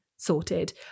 sorted